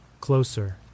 closer